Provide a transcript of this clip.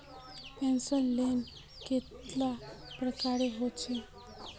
Personal loan कतेला प्रकारेर होचे?